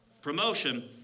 Promotion